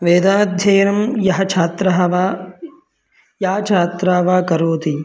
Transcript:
वेदाध्ययनं यः छात्रः वा या छात्रा वा करोति